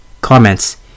Comments